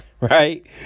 Right